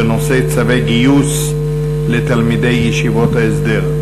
בנושא: צווי גיוס לתלמידי ישיבות ההסדר.